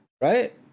right